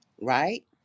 right